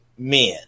men